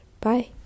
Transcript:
Bye